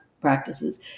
practices